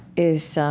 is